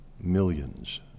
Millions